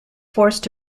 forced